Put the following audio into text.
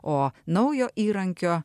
o naujo įrankio